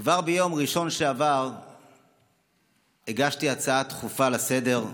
כבר ביום ראשון שעבר הגשתי הצעה דחופה לסדר-היום,